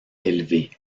élevée